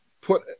put